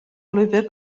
lwybr